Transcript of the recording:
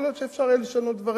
יכול להיות שאפשר יהיה לשנות דברים,